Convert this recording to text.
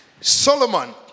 Solomon